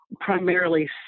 primarily